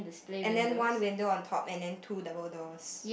and then one window on top and then two double doors